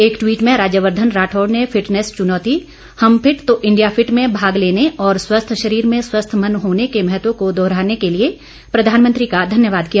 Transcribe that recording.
एक ट्वीट में राज्यवर्धन राठौड़ ने फिटनेस चुनौती हम फिट तो इंडिया फिट में भाग लेने और स्वस्थ शरीर में स्वस्थ मन होने के महत्व को दोहराने के लिए प्रधानमंत्री का धन्यवाद किया